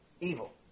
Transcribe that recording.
evil